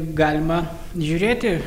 galima žiūrėti